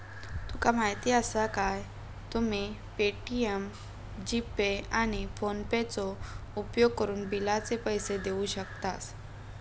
तुका माहीती आसा काय, तुम्ही पे.टी.एम, जी.पे, आणि फोनेपेचो उपयोगकरून बिलाचे पैसे देऊ शकतास